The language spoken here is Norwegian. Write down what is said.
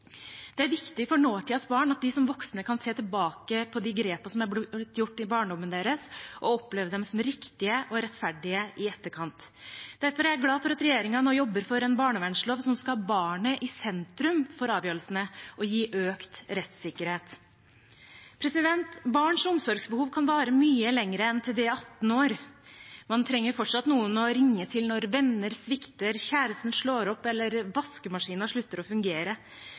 Det er viktig for nåtidens barn at de som voksne kan se tilbake på de grepene som er gjort i barndommen deres, og oppleve dem som riktige og rettferdige i etterkant. Derfor er jeg glad for at regjeringen nå jobber for en barnevernslov som skal ha barnet i sentrum for avgjørelsene og gi økt rettssikkerhet. Barns omsorgsbehov kan vare mye lenger enn til de er 18 år. Man trenger fortsatt noen å ringe til når venner svikter, kjæresten slår opp eller vaskemaskinen slutter å fungere,